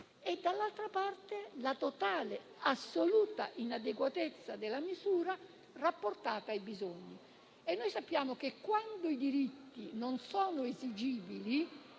dall'altra, la totale e assoluta inadeguatezza della misura rapportata ai bisogni. E sappiamo che, quando non sono esigibili,